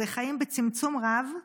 זה חיים בצמצום רב,